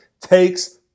takes